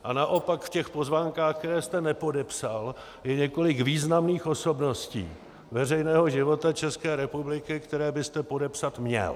A naopak v těch pozvánkách, které jste nepodepsal, je několik významných osobností veřejného života České republiky, které byste podepsat měl.